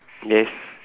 yes